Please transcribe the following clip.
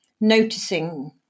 noticing